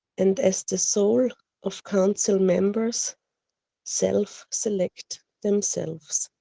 and as the soul of council members self select themselves.